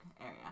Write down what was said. area